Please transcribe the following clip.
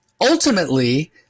ultimately